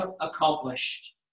accomplished